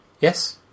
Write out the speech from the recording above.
yes